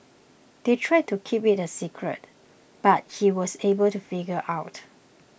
they tried to keep it a secret but he was able to figure out